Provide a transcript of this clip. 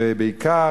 ובעיקר,